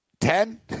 ten